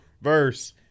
Verse